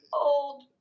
old